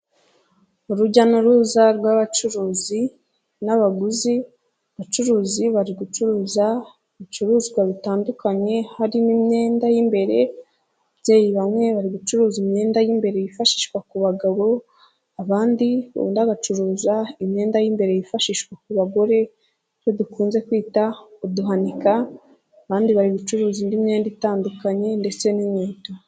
Urujya n'uruza rw'abacuruzi n'abaguzi. Abacuruzi bari gucuruza ibicuruzwa bitandukanye, harimo imyenda y'imbere, ababyeyi bamwe bari gucuruza imyenda y'imbere yifashishwa ku bagabo, abandi ubona bacuruza imyenda y'imbere yifashishwa ku bagore, iyo dukunze kwita uduhanika, abandi bari gucuruza indi myenda itandukanye, ndetse n'inkweto.